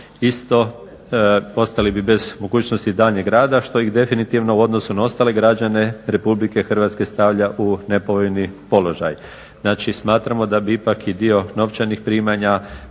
isto ostali bi bez mogućnosti daljnjeg rada što ih definitivno u odnosu na ostale građane RH stavlja u nepovoljni položaj. Znači smatramo da bi ipak i dio novčanih primanja